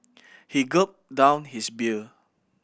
he gulped down his beer